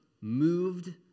moved